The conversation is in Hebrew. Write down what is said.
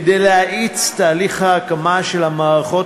כדי להאיץ את תהליך ההקמה של המערכות